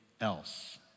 else